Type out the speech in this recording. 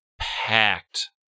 packed